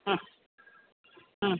മ്മ് മ്മ്